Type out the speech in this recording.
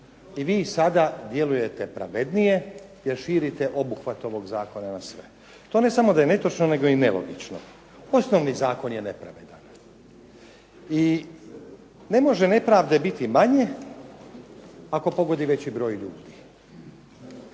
i vi sada djelujete pravednije jer širite obuhvat ovog zakona na sve. To ne samo da je netočno nego je i nelogično. Osnovni zakon je nepravedan i ne može nepravde biti manje ako pogodi veći broj ljudi.